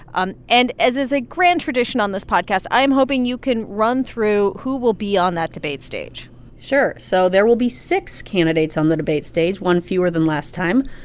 and as is a grand tradition on this podcast, i'm hoping you can run through who will be on that debate stage sure. so there will be six candidates on the debate stage, one fewer than last time.